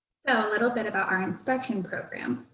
so a little bit about our inspection program.